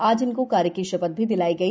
आज इनको कार्य की श थ भी दिलाई गई